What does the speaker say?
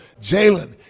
Jalen